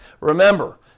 Remember